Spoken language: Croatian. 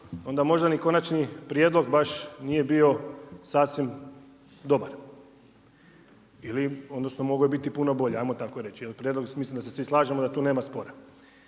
onda možda ni konačni prijedlog baš nije bio sasvim dobar, odnosno mogao je biti puno bolji, amo tako reći. Mislim da se svi slažemo da tu nema spora.